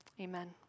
amen